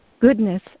goodness